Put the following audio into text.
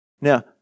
Now